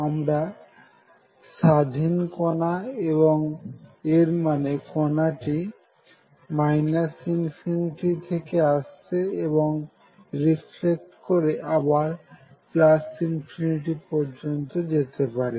আমরা স্বাধীন কনা এবং এর মানে কনাটি ∞ থেকে আসছে এবং রিফ্লেক্ট করে অবার ∞ পর্যন্ত যেতে পারে